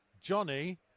Johnny